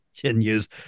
continues